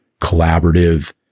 collaborative